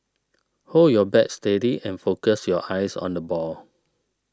hold your bat steady and focus your eyes on the ball